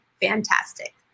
fantastic